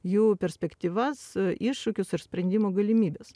jų perspektyvas iššūkius ir sprendimų galimybes